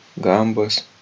Gambas